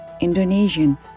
Indonesian